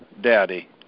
Daddy